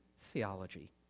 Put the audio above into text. theology